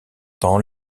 temps